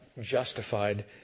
justified